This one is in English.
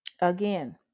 Again